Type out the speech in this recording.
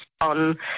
on